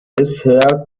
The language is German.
bisher